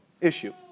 issue